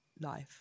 life